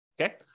Okay